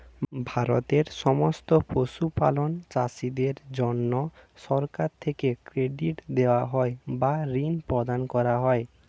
ভারতের সমস্ত পশুপালক চাষীদের জন্যে সরকার থেকে ক্রেডিট দেওয়া হয় বা ঋণ প্রদান করা হয়